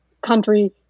country